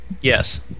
yes